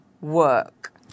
work